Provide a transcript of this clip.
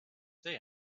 say